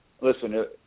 listen